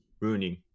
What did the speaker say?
ruining